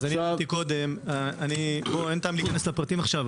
עכשיו --- אין טעם להיכנס לפרטים עכשיו,